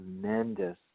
tremendous